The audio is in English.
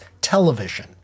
television